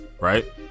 Right